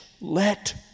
let